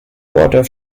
water